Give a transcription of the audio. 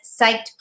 Psyched